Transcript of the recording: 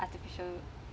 artificial